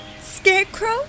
Scarecrow